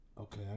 okay